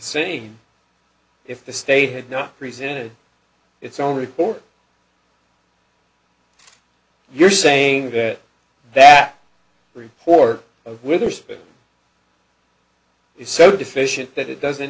same if the state had no presented its own report you're saying that that report of withers is so deficient that it does